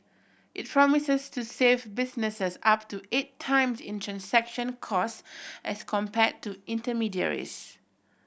it promises to save businesses up to eight times in transaction cost as compare to intermediaries